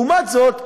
לעומת זאת,